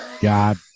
God